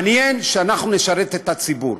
מעניין שאנחנו נשרת את הציבור,